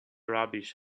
rubbish